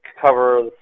cover